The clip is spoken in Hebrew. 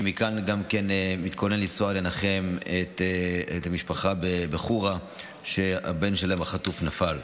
אני מתכוון לנסוע מכאן לנחם את המשפחה בחורה שהבן שלהם החטוף נפל.